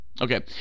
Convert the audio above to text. Okay